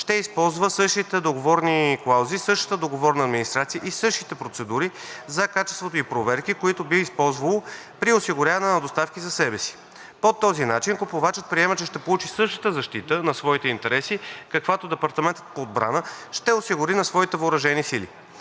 ще използва същите договорни клаузи, същата договорна администрация и същите процедури за качество и проверки, които би използвало при осигуряване на доставки за себе си. По този начин купувачът приема, че ще получи същата защита на своите интереси, каквато DoD ще осигури за своите въоръжени сили.